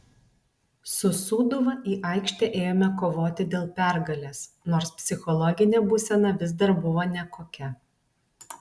su sūduva į aikštę ėjome kovoti dėl pergalės nors psichologinė būsena vis dar buvo nekokia